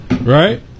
Right